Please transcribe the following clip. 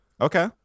Okay